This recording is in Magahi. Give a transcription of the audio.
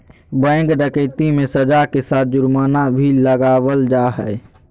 बैंक डकैती मे सज़ा के साथ जुर्माना भी लगावल जा हय